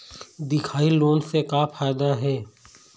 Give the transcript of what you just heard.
दिखाही लोन से का फायदा हे?